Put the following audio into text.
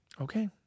Okay